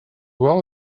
well